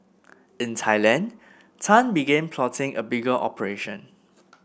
in Thailand Tan began plotting a bigger operation